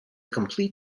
complete